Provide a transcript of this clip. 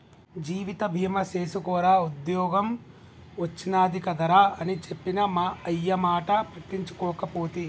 జీవిత బీమ సేసుకోరా ఉద్ద్యోగం ఒచ్చినాది కదరా అని చెప్పిన మా అయ్యమాట పట్టించుకోకపోతి